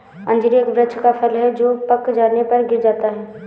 अंजीर एक वृक्ष का फल है जो पक जाने पर गिर जाता है